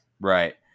Right